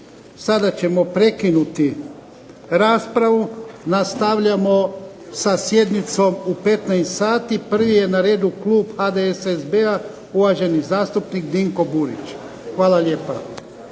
Sada ćemo prekinuti raspravu. Nastavljamo sa sjednicom u 15,00 sati. Prvi je na redu klub HDSSB-a, uvaženi zastupnik Dinko Burić. Hvala lijepa.